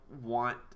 want